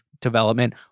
development